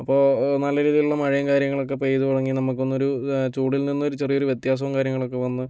അപ്പോൾ നല്ല രീതിയിലുള്ള മഴയും കാര്യങ്ങളും ഒക്കെ പെയ്ത് തുടങ്ങി നമുക്കൊന്നൊരു ചൂടിൽ നിന്നൊരു ചെറിയൊരു വ്യത്യാസവും കാര്യങ്ങളൊക്കെ വന്ന്